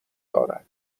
دارد